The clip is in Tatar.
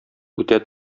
үтә